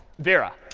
farrah